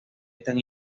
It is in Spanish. están